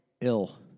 ill